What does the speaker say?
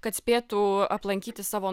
kad spėtų aplankyti savo